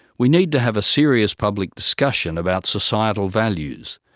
we need to have a serious public discussion about societal values,